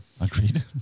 Agreed